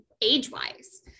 age-wise